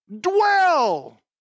dwell